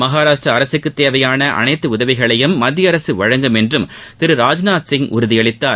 மகாராஷ்டிர அரசுக்கு தேவையான அனைத்து உதவிகளையும் மத்திய அரசு வழங்கும் என்றும் திரு ராஜ்நாத் சிங் உறுதி அளித்தார்